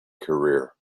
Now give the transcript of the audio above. career